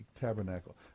tabernacle